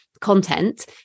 content